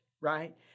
right